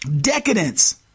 Decadence